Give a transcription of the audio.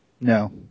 No